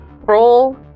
Roll